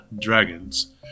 dragons